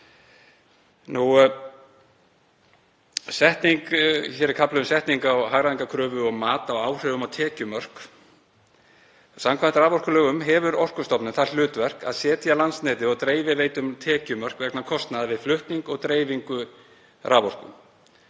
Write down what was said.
Hér er kafli um setningu á hagræðingarkröfu og mat á áhrifum á tekjumörk. Samkvæmt raforkulögum hefur Orkustofnun það hlutverk að setja Landsneti og dreifiveitum tekjumörk vegna kostnaðar við flutning og dreifingu raforku.